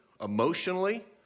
emotionally